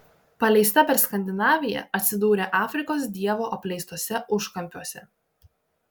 paleista per skandinaviją atsidūrė afrikos dievo apleistuose užkampiuose